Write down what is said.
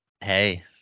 hey